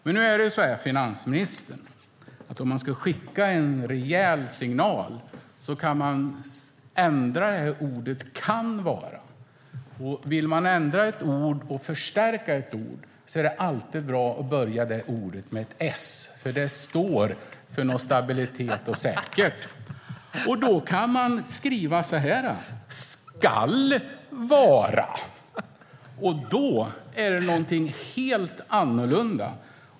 Men, finansministern, om man ska skicka en rejäl signal kan man ändra "kan", och vill man ändra och förstärka ett ord är det alltid bra att börja det ordet med ett s, för det står för något stabilt och säkert. Skriver man "skall vara" är det något helt annat.